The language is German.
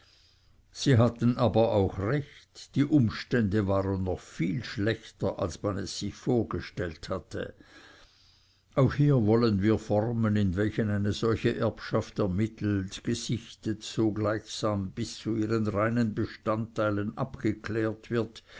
sie hatten aber auch recht die umstände waren noch viel schlechter als man es sich vorgestellt hatte auch hier wollen wir die formen in welchen eine solche erbschaft ermittelt gesichtet so gleichsam bis zu ihren reinen bestandteilen abgeklärt wird